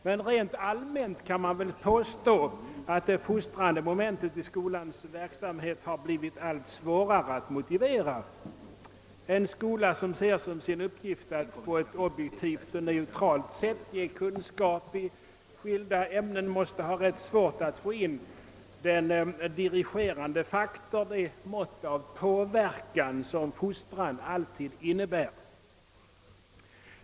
Men rent allmänt kan man väl påstå att det fostrande momentet i skolans verksamhet har blivit allt svårare att motivera. En skola som ser som sin uppgift att på ett objektivt och neutralt sätt ge kunskap i skilda ämnen måste ha rätt svårt att få in den dirigerande faktor, det mått av påverkan som fostran alltid innebär.